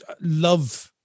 Love